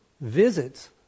visits